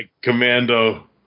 commando